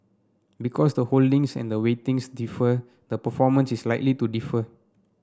because the holdings and the weightings differ the performance is likely to differ